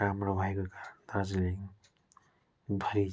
राम्रो भएको कारण दार्जिलिङभरि